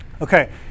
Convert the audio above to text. Okay